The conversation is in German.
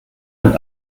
ein